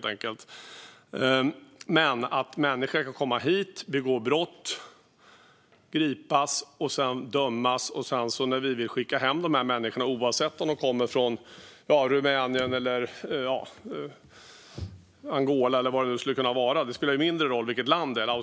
Det är klart att människor som kommit hit, begått brott och dömts ska skickas tillbaka till sina hemländer, oavsett om de kommer från Rumänien, Angola eller Australien - det sistnämnda är inte så vanligt, men det spelar mindre roll vilket land de kommer